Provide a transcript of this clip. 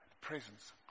presence